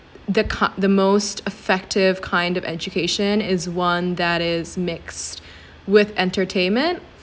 that cart~ the most effective kind of education is one that is mixed with entertainment